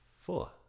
four